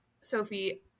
Sophie